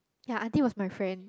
ya I think it was my friend